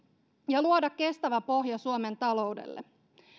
ja luoda kestävä pohja suomen taloudelle